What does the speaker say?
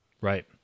Right